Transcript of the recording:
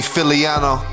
Filiano